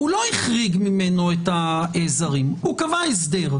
הוא לא החריג ממנו את הזרים, הוא קבע הסדר.